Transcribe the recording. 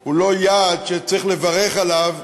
הוא לא יעד שצריך לברך עליו